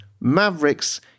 Mavericks